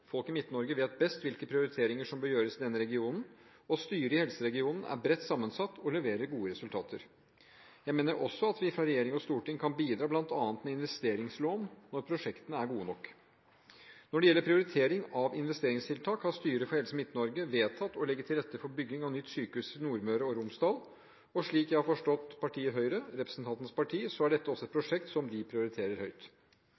Folk i Midt-Norge vet best hvilke prioriteringer som bør gjøres i denne regionen, og styret i helseregionen er bredt sammensatt og leverer gode resultater. Jeg mener også at vi fra regjering og storting kan bidra med bl.a. investeringslån når prosjektene er gode nok. Når det gjelder prioritering av investeringstiltak, har styret for Helse Midt-Norge vedtatt å legge til rette for bygging av nytt sykehus i Nordmøre og Romsdal, og slik jeg har forstått partiet Høyre, representantens parti, er dette også et